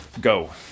Go